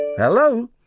hello